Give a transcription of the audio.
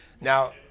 Now